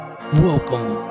welcome